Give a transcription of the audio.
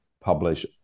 publish